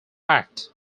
act